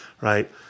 right